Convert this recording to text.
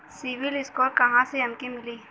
CIBIL score कहाँसे हमके मिली?